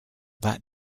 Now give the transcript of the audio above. that